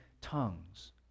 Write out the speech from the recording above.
tongues